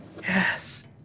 Yes